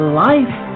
life